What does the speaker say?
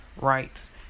rights